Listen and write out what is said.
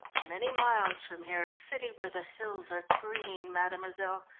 many miles from here, a city where the hills are green, mademoiselle,